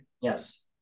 Yes